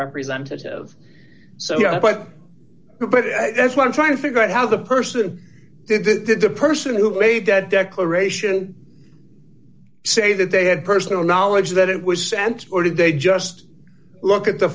representative so yeah but but that's what i'm trying to figure out how the person did that did the person who made that declaration say that they had personal knowledge that it was sent or did they just look at the